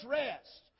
rest